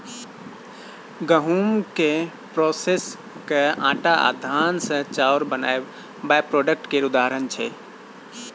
गहुँम केँ प्रोसेस कए आँटा आ धान सँ चाउर बनाएब बाइप्रोडक्ट केर उदाहरण छै